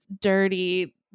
dirty